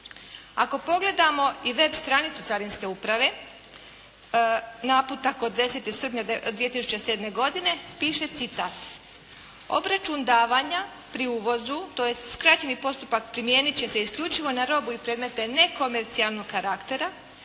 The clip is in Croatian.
Ako pogledamo i web stranicu Carinske uprave naputak od 10. srpnja 2007. godine piše citat. “Obračun davanja pri uvozu, tj. skraćeni postupak primijenit će se isključivo na robu i predmete nekomercijalnog karaktera